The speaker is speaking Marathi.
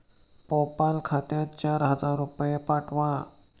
पेपाल खात्यात चार हजार रुपये पाठवा